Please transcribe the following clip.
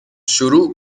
شروع